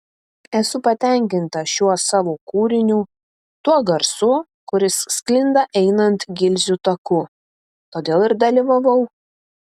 esu patenkinta šiuo savo kūriniu tuo garsu kuris sklinda einant gilzių taku todėl ir dalyvavau